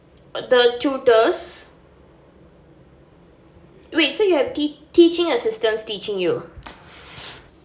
the tutors wait so you have te~ teaching assistants teaching you